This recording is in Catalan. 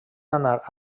anar